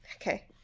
Okay